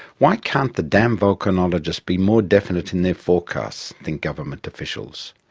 why can't the damn volcanologists be more definite in their forecasts, think government officials.